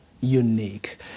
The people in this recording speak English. unique